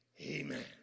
Amen